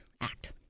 act